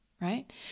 right